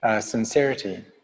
sincerity